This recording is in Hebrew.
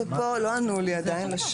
ופה לא ענו לי עדין.